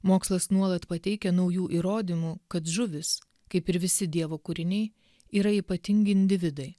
mokslas nuolat pateikia naujų įrodymų kad žuvys kaip ir visi dievo kūriniai yra ypatingi individai